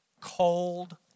cold